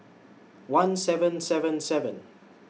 one seven seven seven